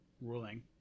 ruling